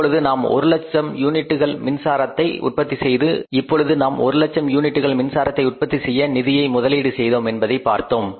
இப்பொழுது நாம் ஒரு லட்சம் யூனிட்டுகள் மின்சாரத்தை உற்பத்தி செய்ய நிதியை முதலீடு செய்தோம் என்பதை பார்த்தோம்